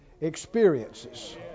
experiences